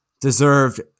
deserved